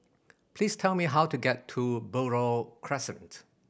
please tell me how to get to Buroh Crescent